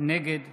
נגד